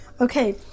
Okay